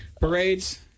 Parades